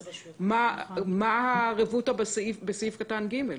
אז מה הרבותא בסעיף קטן (ג)?